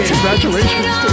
Congratulations